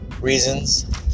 reasons